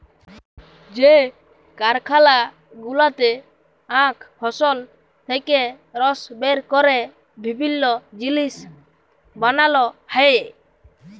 যে কারখালা গুলাতে আখ ফসল থেক্যে রস বের ক্যরে বিভিল্য জিলিস বানাল হ্যয়ে